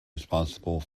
responsible